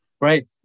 right